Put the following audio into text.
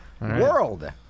World